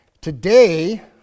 Today